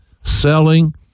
selling